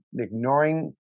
ignoring